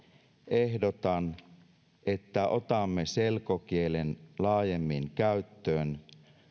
ehdotan että otamme selkokielen laajemmin käyttöön